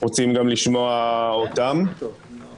אנחנו רוצים להיות בסדר עם הזמנים של המליאה.